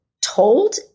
told